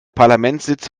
parlamentssitz